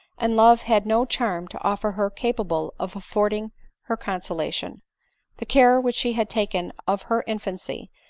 and love had no charm to offer her capable of affording her consolation the care which she had taken of her infancy,